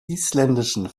isländischen